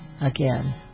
Again